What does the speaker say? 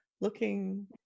looking